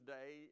Day